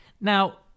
Now